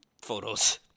photos